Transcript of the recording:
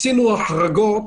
עשינו החרגות.